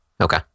Okay